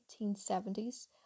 1870s